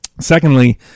Secondly